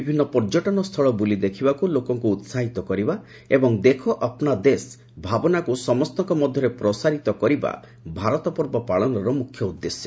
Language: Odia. ବିଭିନ୍ନ ପର୍ଯ୍ୟଟନ ସ୍ଥଳ ବୁଲି ଦେଖିବାକୁ ଲୋକଙ୍କୁ ଉତ୍ସାହିତ କରିବା ଏବଂ ଦେଖୋ ଅପ୍ନା ଦେଶ ଭାବନାକୁ ସମସ୍ତଙ୍କ ମଧ୍ୟରେ ପ୍ରସାର କରିବା ଭାରତ ପର୍ବ ପାଳନର ଉଦ୍ଦେଶ୍ୟ